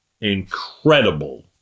incredible